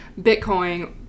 Bitcoin